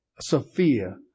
Sophia